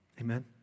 Amen